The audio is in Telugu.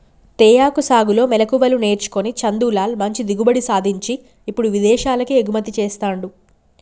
తేయాకు సాగులో మెళుకువలు నేర్చుకొని చందులాల్ మంచి దిగుబడి సాధించి ఇప్పుడు విదేశాలకు ఎగుమతి చెస్తాండు